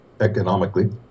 economically